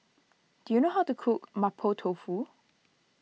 do you know how to cook Mapo Tofu